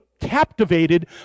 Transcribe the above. captivated